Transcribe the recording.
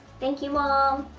thank you mom!